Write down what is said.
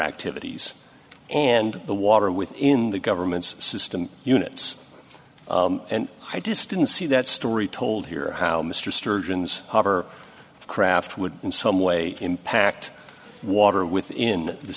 activities and the water within the government's system units and i just didn't see that story told here how mr sturgeon's hover craft would in some way impact water within the